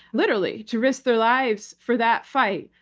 literally, to risk their lives for that fight.